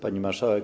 Pani Marszałek!